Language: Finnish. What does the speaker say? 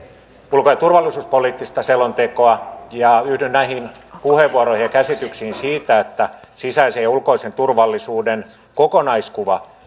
ulko ja turvallisuuspoliittista selontekoa ja yhdyn näihin puheenvuoroihin ja käsityksiin siitä että sisäisen ja ulkoisen turvallisuuden kokonaiskuva